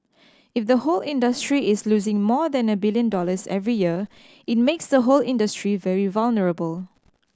if the whole industry is losing more than a billion dollars every year it makes the whole industry very vulnerable